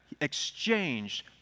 exchanged